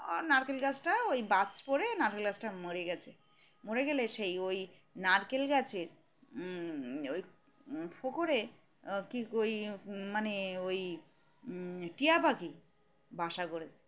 নারকেল গাছটা ওই বাজ পড়ে নারকেল গাছটা মরে গেছে মরে গেলে সেই ওই নারকেল গাছের ওই ফোকরে কী ওই মানে ওই টিয় পাখি বাসা করেছে